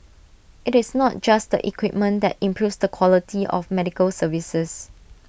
IT is not just the equipment that improves the quality of medical services